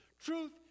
Truth